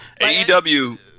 AEW